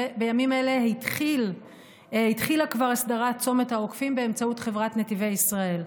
ובימים אלה התחילה כבר הסדרת הצומת העוקפים באמצעות חברת נתיבי ישראל.